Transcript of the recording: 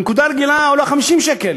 הנקודה הרגילה עולה 50 שקל,